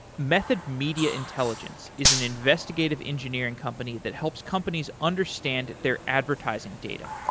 method media intelligence is an investigative engineering company that helps companies understand their advertising data.